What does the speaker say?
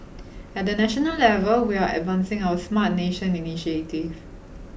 at the national level we are advancing our Smart Nation Initiative